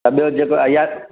ऐं ॿियो जेका इहा